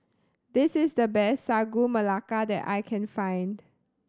this is the best Sagu Melaka that I can find